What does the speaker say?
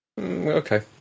Okay